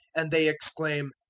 and they exclaim,